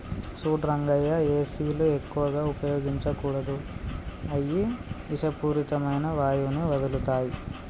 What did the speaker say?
సూడు రంగయ్య ఏసీలు ఎక్కువగా ఉపయోగించకూడదు అయ్యి ఇషపూరితమైన వాయువుని వదులుతాయి